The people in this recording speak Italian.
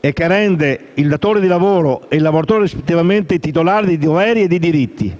e che rende il datore e il lavoratore rispettivamente titolari di doveri e di diritti.